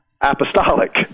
apostolic